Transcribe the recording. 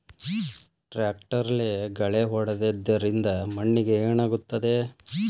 ಟ್ರಾಕ್ಟರ್ಲೆ ಗಳೆ ಹೊಡೆದಿದ್ದರಿಂದ ಮಣ್ಣಿಗೆ ಏನಾಗುತ್ತದೆ?